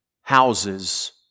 houses